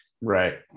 right